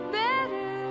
better